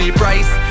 price